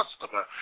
customer